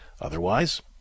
Otherwise